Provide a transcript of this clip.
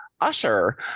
usher